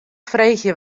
freegje